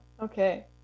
okay